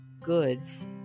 good's